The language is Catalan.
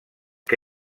que